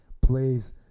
please